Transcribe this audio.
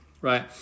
right